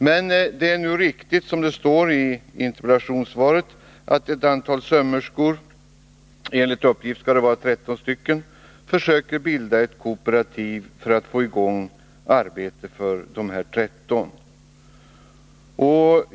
Men det är riktigt, som det sägs i interpellationssvaret, att ett antal sömmerskor — enligt uppgift 13 stycken — försöker bilda ett kooperativ för att få i gång arbete för dessa 13.